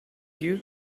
you